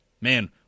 man